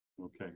Okay